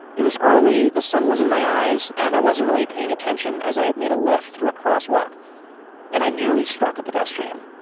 it was early. the sun was in my eyes and i wasn't really paying attention as i had made a left through a crosswalk and i nearly struck a pedestrian.